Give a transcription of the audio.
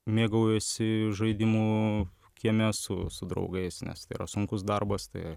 mėgaujasi žaidimu kieme su su draugais nes tai yra sunkus darbas tai